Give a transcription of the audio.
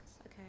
Okay